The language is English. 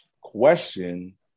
question